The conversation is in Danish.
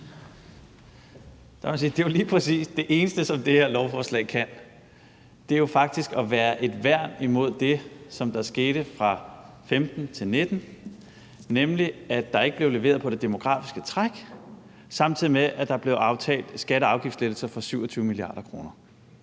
Det er jo lige præcis det eneste, som det her lovforslag kan – det er jo faktisk at være et værn imod det, som skete fra 2015 til 2019, nemlig at der ikke blev leveret på det demografiske træk, samtidig med at der blev aftalt skatte- og afgiftslettelser for 27 mia. kr.